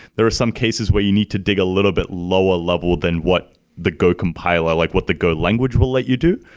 there are some cases where you need to dig a little bit lower level than what the go compiler, like what the go language will let you do.